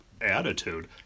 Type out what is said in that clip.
attitude